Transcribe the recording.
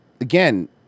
again